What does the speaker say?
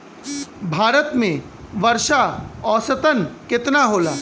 भारत में वर्षा औसतन केतना होला?